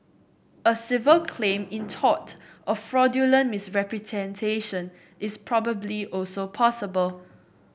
a civil claim in tort of fraudulent misrepresentation is probably also possible